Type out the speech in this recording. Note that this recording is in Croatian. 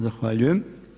Zahvaljujem.